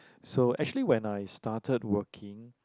so actually when I started working